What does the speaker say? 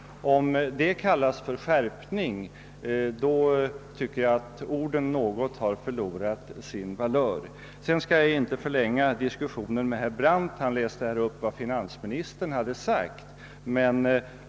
Om detta skall kallas skärpning tycker jag att ordet har förlorat något av sin valör. Jag skall inte förlänga diskussionen med herr Brandt, som här bara läste upp vad finansministern anfört.